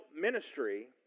ministry